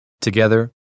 together